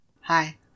hi